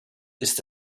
ist